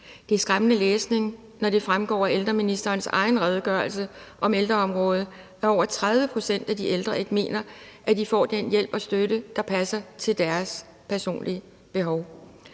Det er skræmmende læsning, når det fremgår af ældreministerens egen redegørelse om ældreområdet, at over 30 pct. af de ældre ikke mener, de får den hjælp og støtte, der passer til deres personlige behov.